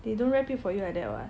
they don't wrap it for you like that [what]